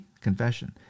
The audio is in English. confession